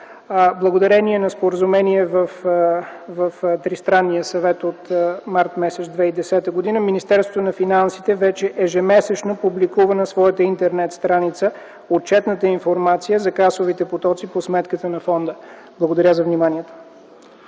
Благодарение на споразумение в Тристранния съвет от м. март 2010 г. Министерството на финансите вече ежемесечно публикува на своята Интернет-страница отчетната информация за касовите потоци по сметката на фонда. Благодаря за вниманието.